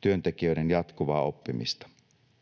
työntekijöiden jatkuvaa oppimista.